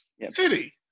City